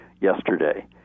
yesterday